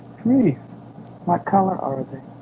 grief what color are they?